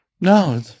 No